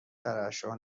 ترشح